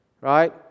right